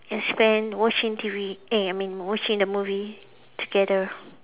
and spend watching T_V eh I mean watching the movie together